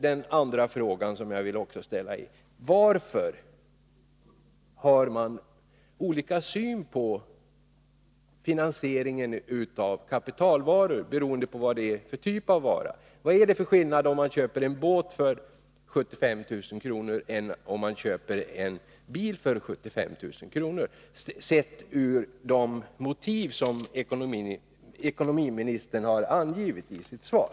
Min andra fråga lyder: Varför har man olika syn på finansieringen av kapitalvaror, beroende på vad det är för typ av vara? Vad är det för skillnad mellan att köpa en båt för 75 000 kr. och att köpa en bil för 75 000 kr., med hänsyn till de motiv för en begränsning av avbetalningstiderna vid bilköp som ekonomiministern har angivit i sitt svar?